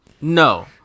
No